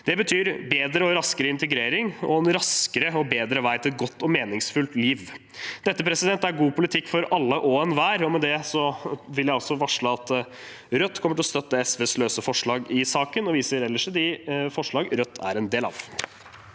Det betyr bedre og raskere integrering og en raskere og bedre vei til et godt og meningsfullt liv. Dette er god politikk for alle og enhver, og med det vil jeg også varsle at Rødt kommer til å støtte SVs løse forslag i saken, og viser ellers til de forslagene Rødt har sammen med